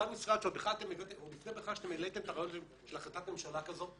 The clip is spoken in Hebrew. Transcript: זה המשרד שעוד לפני בכלל שהעליתם את הרעיון של החלטת ממשלה כזאת,